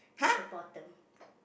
at the bottom